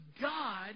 God